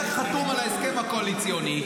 אתה חתום על ההסכם הקואליציוני,